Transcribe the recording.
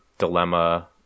Dilemma